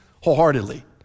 wholeheartedly